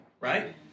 Right